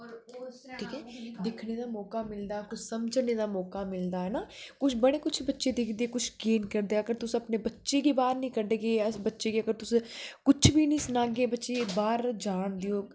ठीक ऐ दिक्खने दा मौका मिलदा इक समझने दा का मिलदा है ना कुछ बडे कुठ बच्चे कुछ जकीन करदे अगर तुस अपने बच्चे गी बाहर नेई कढगे अस बच्चे गी अगर तुस कुछ बी सनागे बच्चे गी बाहर जान देओ